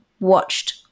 watched